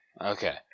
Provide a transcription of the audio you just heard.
okay